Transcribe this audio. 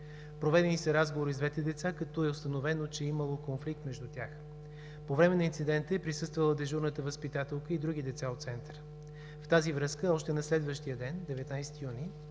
Проведени са разговори с двете деца, като е установено, че е имало конфликт между тях. По време на инцидента е присъствала дежурната възпитателка и други деца от Центъра. В тази връзка, още на следващия ден – 19 юни,